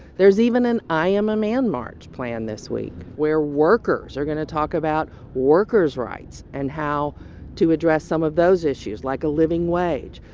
there's even an i am a man march planned this week where workers are going to talk about workers' rights and how to address some of those issues like a living wage.